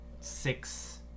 Six